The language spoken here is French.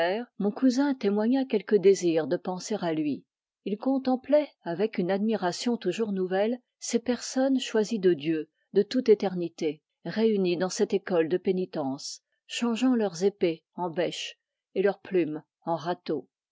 mon cousin témoigna quelques désirs de penser à luy il contemploit avec une admiration toujours nouvelle ces personnes choisies de dieu de toute éternité réunies dans cette école de pénitence changeant leurs épées en besches et leurs plumes en râteaux